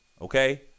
okay